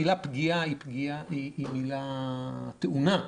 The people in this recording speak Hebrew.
המילה "פגיעה" היא מילה טעונה,